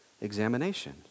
examination